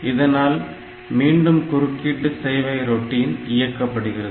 இதனால் மீண்டும் குறுக்கீட்டு சேவை ரொட்டின் இயக்கப்படுகிறது